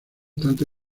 tanto